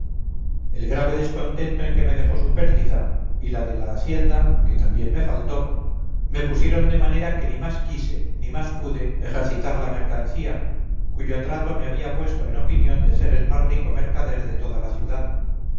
el grave descontento en que me dejó su pérdida y la de la hacienda que también me faltó me pusieron de manera que ni más quise ni más pude ejercitar la mercancía cuyo trato me había puesto en opinión de ser el más rico mercader de toda la ciudad